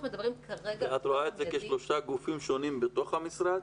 את רואה את זה כשלושה גופים שונים בתוך המשרד?